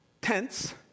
tense